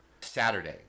Saturday